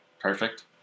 Perfect